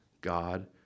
God